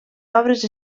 obres